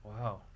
Wow